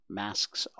masks